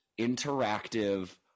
interactive